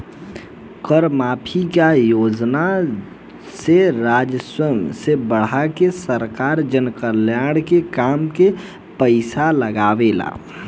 कर माफी के योजना से राजस्व के बढ़ा के सरकार जनकल्याण के काम में पईसा लागावेला